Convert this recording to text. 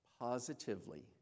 positively